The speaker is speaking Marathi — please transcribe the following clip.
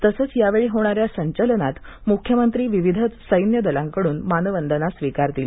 तसच या वेळी होणाऱ्या संचलनात म्ख्यमंत्री विविध सैन्य दलांकडून मानवंदना स्वीकारतील